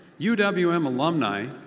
u w m alumni,